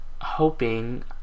hoping